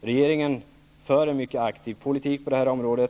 Regeringen för en mycket aktiv politik på detta område.